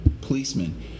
policemen